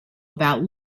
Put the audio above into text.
about